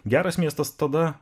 geras miestas tada